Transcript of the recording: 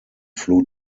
flew